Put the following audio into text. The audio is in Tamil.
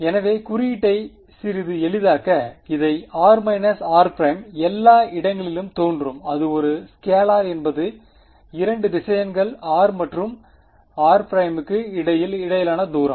எனவே குறியீட்டை சிறிது எளிதாக்க இதை |r r′| எல்லா இடங்களிலும் தோன்றும் அது ஒரு ஸ்கேலார் என்பது 2 திசையன்கள் r மற்றும் r க்கு இடையிலான தூரம்